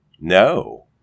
No